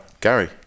gary